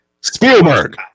Spielberg